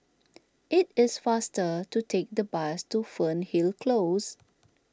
it is faster to take the bus to Fernhill Close